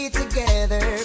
together